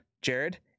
jared